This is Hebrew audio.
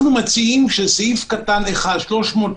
בצד שמו,